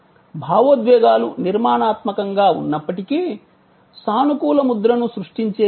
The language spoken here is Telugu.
భావోద్వేగాలు నిర్మాణాత్మకంగా ఉన్నప్పటికీ సానుకూల ముద్రను సృష్టించేది ఏమిటి